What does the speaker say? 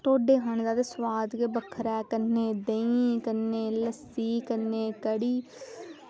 ढोड्डा खाने दा सोआद गै बक्खरा ऐ कन्नै देहीं कन्नै लस्सी कन्नै कढ़ी